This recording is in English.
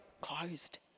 closed